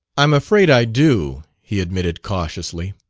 i'm afraid i do, he admitted cautiously.